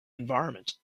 environment